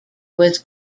was